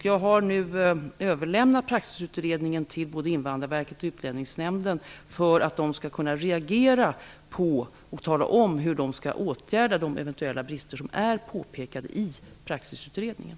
Jag har nu överlämnat Praxisutredningen både till Invandrarverket och till Utlänningsnämnden för att de skall reagera och tala om hur de vill åtgärda de eventuella brister som påpekas av Praxisutredningen.